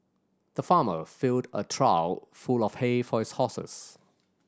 the farmer filled a trough full of hay for his horses